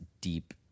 deep